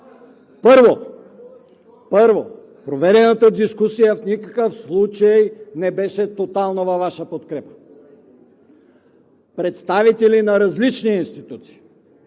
Първо, проведената дискусия в никакъв случай не беше тотално във Ваша подкрепа. Представители на различни институции